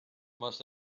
must